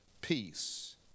peace